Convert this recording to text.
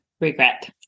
regret